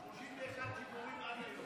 31 שיגורים עד היום.